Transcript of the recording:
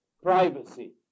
privacy